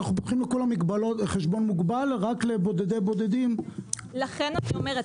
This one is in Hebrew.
אנחנו פותחים חשבון מוגבל; רק לבודדי בודדים --- לכן אני אומרת,